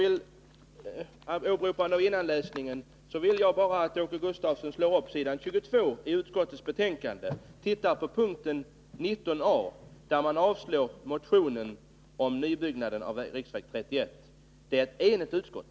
Åberopande innanläsningen vill jag bara att Åke Gustavsson slår upp s. 22 iutskottets betänkande och ser på punkten 19 a, där förslaget om nybyggnad av riksväg 31 avstyrks av ett enigt utskott.